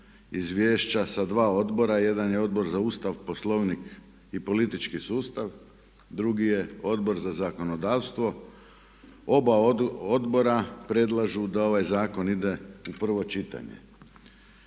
izvješća sa dva odbora. Jedan je Odbor za Ustav, Poslovnik i politički sustav, drugi je Odbor za zakonodavstvo. Oba odbora predlažu da ovaj zakon ide u prvo čitanje.